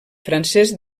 francès